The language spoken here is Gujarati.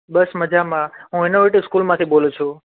બસ મજામાં હું એનોવેટિવ સ્કૂલમાંથી બોલું છું